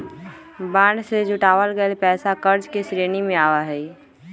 bond से जुटावल गइल पैसा कर्ज के श्रेणी में आवा हई